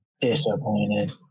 Disappointed